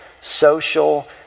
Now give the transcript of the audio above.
social